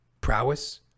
prowess